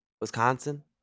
Wisconsin